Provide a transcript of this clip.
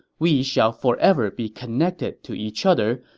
we shall forever be connected to each other,